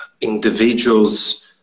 individuals